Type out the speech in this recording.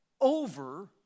over